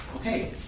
okay.